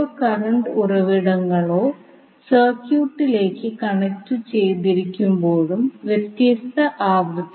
മുമ്പത്തെ രണ്ട് ഉദാഹരണങ്ങളിൽ നമ്മൾ നോഡൽ വിശകലനം ഉപയോഗിച്ചു